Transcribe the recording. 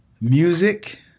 music